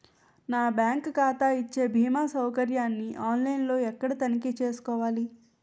నా బ్యాంకు ఖాతా ఇచ్చే భీమా సౌకర్యాన్ని ఆన్ లైన్ లో ఎక్కడ తనిఖీ చేసుకోవాలి?